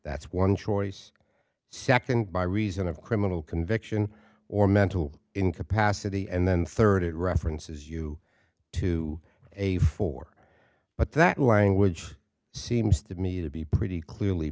that's one choice second by reason of criminal conviction or mental incapacity and then third it references you to a four but that language seems to me to be pretty clearly